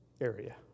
area